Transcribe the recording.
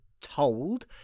told